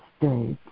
states